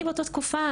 אני באותה תקופה,